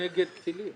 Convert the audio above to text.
יש טילים